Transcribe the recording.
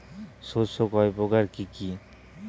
শস্য কয় প্রকার কি কি?